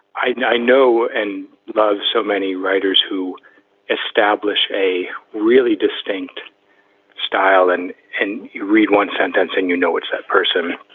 i know, i know and love so many writers who establish a really distinct style. and and you read one sentence and, you know, it's that person.